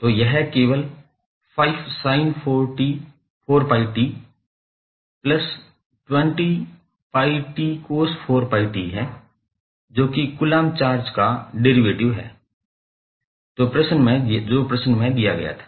तो यह केवल 5sin4𝜋𝑡20𝜋𝑡cos4𝜋𝑡 है जो कि कूलम्ब चार्ज का डेरीवेटिव है जो प्रश्न में दिया गया था